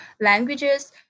languages